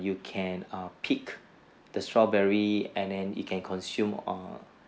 you can err pick the strawberry and then you can consume err